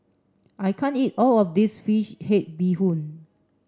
I can't eat all of this fish head bee hoon